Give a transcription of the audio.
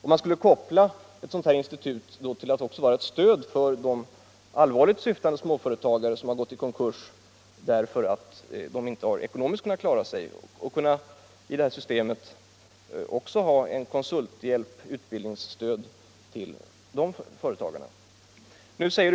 Man skulle då koppla ett sådant här institut till att också vara ett stöd för de allvarligt syftande småföretagare som har gått i konkurs därför att de inte kunnat klara sig ekonomiskt. I systemet skulle kunna ingå konsulthjälp och utbildningsstöd till dessa företagare.